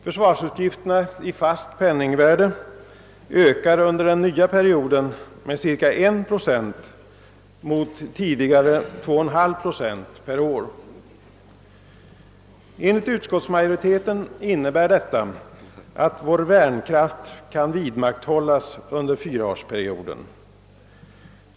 Försvarsutgifterna i fast penningvärde ökar under den nya perioden med cirka 1 procent mot tidigare 2,5 procent per år. Enligt utskottsmajoriteten innebär detta, att vår värnkraft kan vidmakthållas under fyraårsperioden.